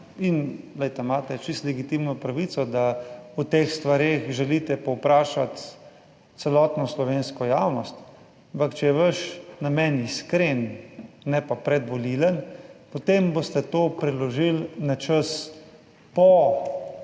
in glejte, imate čisto legitimno pravico, da o teh stvareh želite povprašati celotno slovensko javnost, ampak če je vaš namen iskren, ne pa predvolilen, potem boste to preložili na čas po